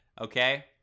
Okay